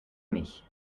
mich